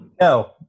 No